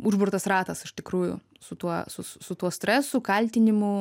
užburtas ratas iš tikrųjų su tuo su su su tuo stresu kaltinimu